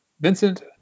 Vincent